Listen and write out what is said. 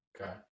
okay